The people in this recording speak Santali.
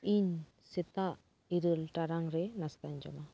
ᱤᱧ ᱥᱮᱛᱟᱜ ᱤᱨᱟᱹᱞ ᱴᱟᱲᱟᱝ ᱨᱮ ᱱᱟᱥᱛᱟᱧ ᱡᱚᱢᱟ